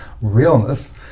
realness